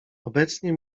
obecnie